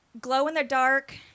glow-in-the-dark